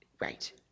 right